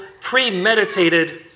premeditated